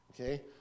Okay